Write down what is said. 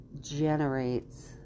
generates